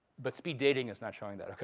but speed dating is not showing that.